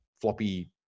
floppy